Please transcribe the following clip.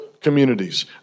communities